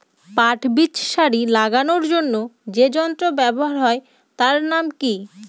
পাট বীজ সারি করে লাগানোর জন্য যে যন্ত্র ব্যবহার হয় তার নাম কি?